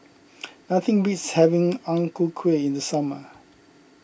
nothing beats having Ang Ku Kueh in the summer